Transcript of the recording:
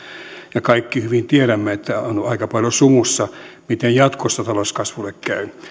ja kaikki hyvin tiedämme että on on aika paljon sumussa miten jatkossa talouskasvulle käy